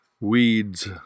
Weeds